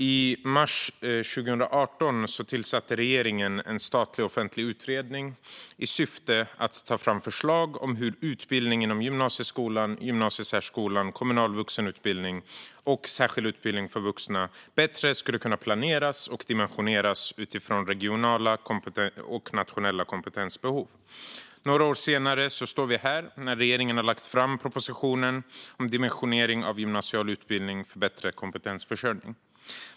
I mars 2018 tillsatte regeringen en statlig offentlig utredning i syfte att ta fram förslag om hur utbildning inom gymnasieskolan, gymnasiesärskolan, kommunal vuxenutbildning och särskild utbildning för vuxna bättre skulle kunna planeras och dimensioneras utifrån regionala och nationella kompetensbehov. Några år senare står vi här, när nu regeringen har lagt fram propositionen Dimensionering av gymnasial utbildning för bättre kompetensförsörjning .